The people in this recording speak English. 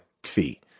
fee